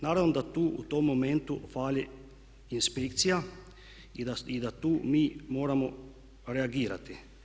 Naravno da tu u tom momentu fali inspekcija i da tu mi moramo reagirati.